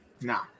Nah